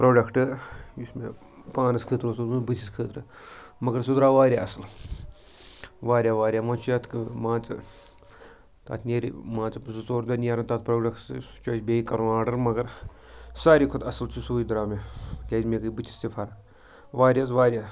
product یُس مےٚ پانَس خٲطرٕ اوس اوٚنمُت بٕتھِس خٲطرٕ مگر سُہ درٛاو واریاہ اَصٕل واریاہ واریاہ وۄنۍ چھِ یَتھ کٔہ مان ژٕ تَتھ نیرِ مان ژٕ زٕ ژور دۄہ نیرَن تَتھ پرٛوڈَکٹَس سُہ چھُ اَسہِ بیٚیہِ کَرُن آرڈَر مگر ساروی کھۄتہٕ اَصٕل چھُ سُے درٛاو مےٚ کیٛازِ مےٚ گٔے بٕتھِس تہِ فرق واریاہ حظ واریاہ